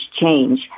change